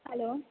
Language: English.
hello